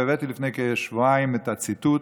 והבאתי לפני כשבועיים את הציטוט